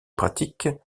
pratique